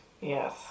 Yes